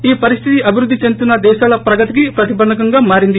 ఈ పరిస్తితి అభివృద్ధి చెందుతున్న దేశాల ప్రగతికి ప్రతిబంధకంగా మారింది